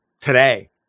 today